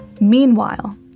Meanwhile